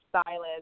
stylist